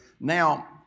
Now